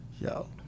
Yo